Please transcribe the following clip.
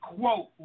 quote